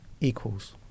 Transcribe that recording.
equals